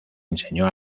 enseñó